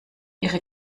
ihre